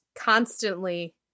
constantly